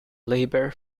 labour